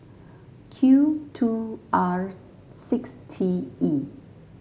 Q two R six T E